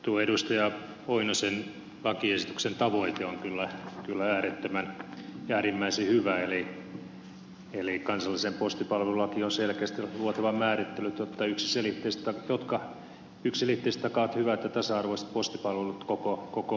lauri oinosen lakiesityksen tavoite on kyllä äärettömän ja äärimmäisen hyvä eli kansalliseen postipalvelulakiin on selkeästi luotava määrittelyt jotka yksiselitteisesti takaavat hyvät ja tasa arvoiset postipalvelut koko maassa